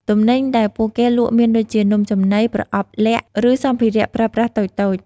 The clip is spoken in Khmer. ទំនិញដែលពួកគេលក់មានដូចជា នំចំណី ប្រអប់លាក់ ឬសម្ភារៈប្រើប្រាស់តូចៗ។